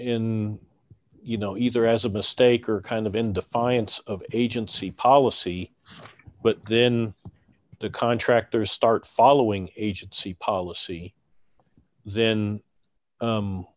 in you know either as a mistake or kind of in defiance of agency policy but then the contractors start following agency policy then